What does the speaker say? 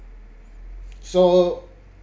so